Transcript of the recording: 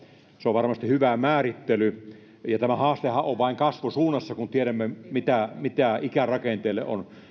se on varmasti hyvä määrittely ja tämä haastehan on vain kasvusuunnassa kun tiedämme mitä mitä ikärakenteelle on